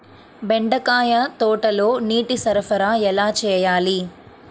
బెండకాయ తోటలో నీటి సరఫరా ఎలా చేయాలి?